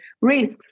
risks